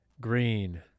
green